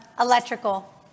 electrical